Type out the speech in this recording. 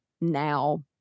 now